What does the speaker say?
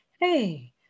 hey